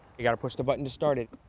you gotta push the button to start it.